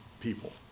people